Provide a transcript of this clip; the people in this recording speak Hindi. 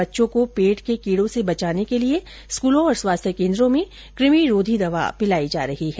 बच्चों को पेट के कीड़ों से बचाने के लिए स्कूलों और स्वास्थ्य केन्द्रों में कृमिरोधी दवा पिलाई जा रही है